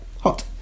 hot